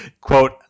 quote